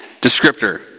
descriptor